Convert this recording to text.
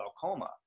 glaucoma